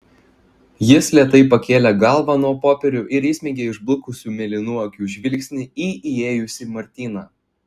jis lėtai pakėlė galvą nuo popierių ir įsmeigė išblukusių mėlynų akių žvilgsnį į įėjusį martyną